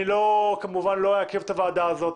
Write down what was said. אני כמובן לא אעכב את הוועדה הזו,